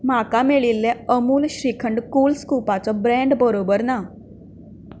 म्हाका मेळिल्ले अमूल श्रीखंड कूल स्कूपाचो ब्रँड बरोबर ना